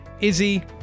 Izzy